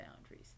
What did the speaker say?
boundaries